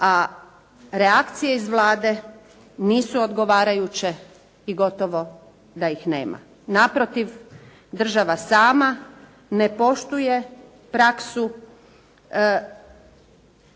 a reakcije iz Vlade nisu odgovarajuće i gotovo da ih nema. Naprotiv, država sama ne poštuje praksu